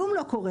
כלום לא קורה.